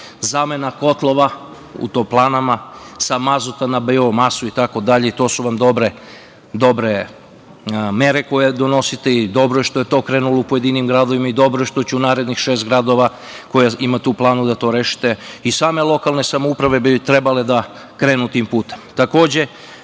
kotlova u toplanama sa mazuta na biomasu itd. To su dobre mere koje donosite i dobro je što je to krenulo u pojedinim gradovima, dobro je što će u narednih šest gradova, koje imate u planu, to rešiti. Same lokalne samouprave bi trebale da krenu tim putem. Takođe,